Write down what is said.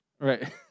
Right